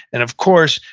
and of course,